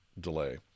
delay